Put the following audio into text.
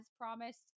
promised